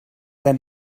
them